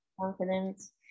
Confidence